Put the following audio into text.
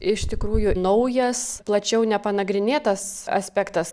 iš tikrųjų naujas plačiau nepanagrinėtas aspektas